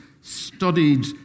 studied